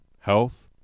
health